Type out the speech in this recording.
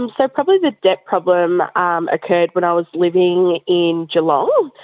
um so probably the debt problem um occurred when i was living in geelong,